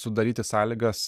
sudaryti sąlygas